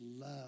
love